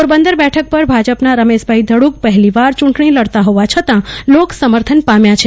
પોરબંદર બેઠક પર ભાજપના રમેશભાઈ ધડક પહેલીવાર યુંટણી લડતા હોવા છતાં લોક સમર્થન પામ્યા છે